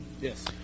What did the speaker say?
Yes